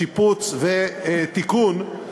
שיפוץ ותיקון,